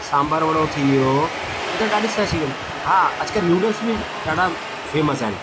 सांभर वडो थी वियो हे त ॾाढी शइ थी वियनि हा अॼु कल्ह नूडल्स बि ॾाढा फेमस आहिनि